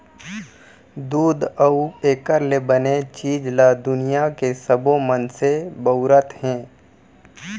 दूद अउ एकर ले बने चीज ल दुनियां के सबो मनसे बउरत हें